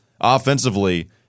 offensively